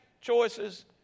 choices